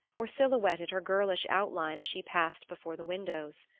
or silhouetted her girlish outline as she passed before the windows.